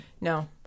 No